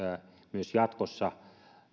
myös jatkossa